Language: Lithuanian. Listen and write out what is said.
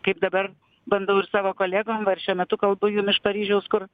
kaip dabar bandau ir savo kolegom va ir šiuo metu kalbu jum iš paryžiau kur